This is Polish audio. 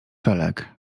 felek